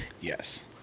yes